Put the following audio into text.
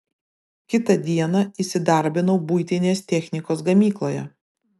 kitą dieną įsidarbinau buitinės technikos gamykloje